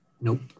Nope